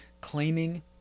claiming